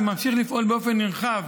וממשיך לפעול באופן נרחב